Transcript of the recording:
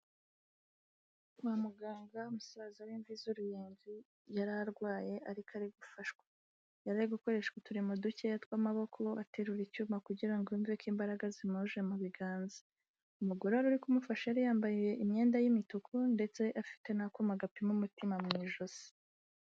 Kwa muganga musaza w'imvi z'uruyenzi yari arwaye ariko ari gufashwa yari gukore uturimo dukeya tw'amaboko aterura icyuma kugira ngo yumve ko imbaraga zimuje mu biganza umugore uri kumufasha yari yambaye imyenda y'imituku ndetse afite n'akoma gapima umutima mu ijosi.